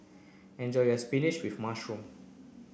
enjoy your spinach with mushroom